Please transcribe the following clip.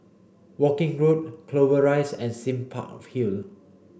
Woking Road Clover Rise and Sime Park Hill